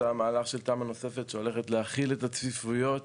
המהלך של תמ"א נוספת שהולכת להחיל את הצפיפויות